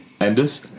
Enders